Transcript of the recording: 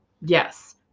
yes